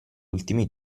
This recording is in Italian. ultimi